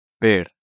Ver